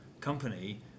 company